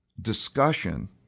discussion